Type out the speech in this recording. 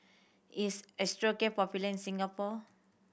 is Osteocare popular in Singapore